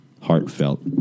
heartfelt